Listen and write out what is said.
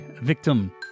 Victim